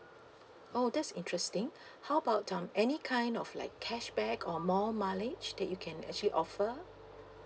oh that's interesting how about um any kind of like cashback or more mileage that you can actually offer